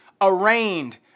arraigned